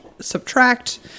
subtract